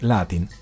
Latin